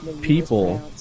people